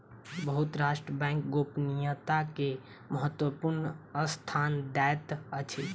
बहुत राष्ट्र बैंक गोपनीयता के महत्वपूर्ण स्थान दैत अछि